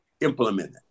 implemented